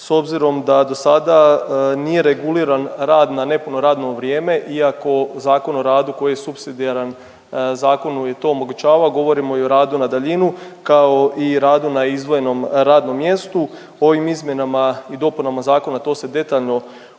S obzirom da do sada nije reguliran rad na nepuno radno vrijeme iako Zakon o radu koji je supsidijaran zakonu je to omogućavao govorimo i o radu na daljinu kao i radu na izdvojenom radnom mjestu. Ovim izmjenama i dopunama zakona to se detaljno uređuje,